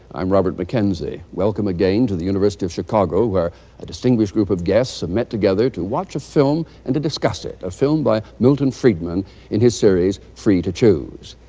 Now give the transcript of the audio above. i'm robert mckenzie. welcome again to the university of chicago, where a distinguished group of guests have met together to watch a film and to discuss it a film by milton friedman in his series, free to choose.